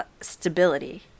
stability